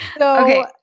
Okay